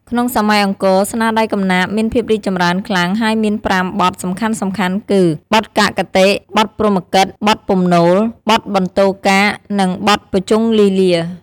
ក្នុងសម័យអង្គរ ស្នាដៃកំណាព្យមានភាពរីកចម្រើនខ្លាំង ហើយមាន ៥ បទសំខាន់ៗគឺ បទកាកគតិ, បទព្រហ្មគីតិ, បទពំនោល, បទបន្ទោកាក, និង បទភុជង្គលីលា។